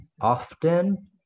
often